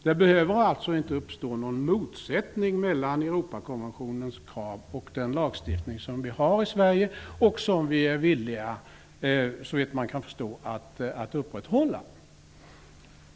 Det behöver alltså inte uppstå någon motsättning mellan Europakonventionens krav och den lagstiftning som vi har i Sverige. Den är vi, efter vad jag kan förstå, villiga att upprätthålla.